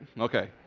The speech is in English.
Okay